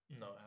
No